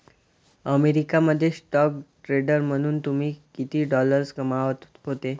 America मध्ये stock trader म्हणून तुम्ही किती डॉलर्स कमावत होते